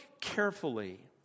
carefully